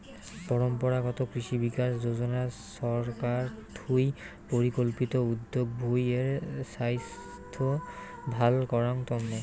পরম্পরাগত কৃষি বিকাশ যোজনা ছরকার থুই পরিকল্পিত উদ্যগ ভূঁই এর ছাইস্থ ভাল করাঙ তন্ন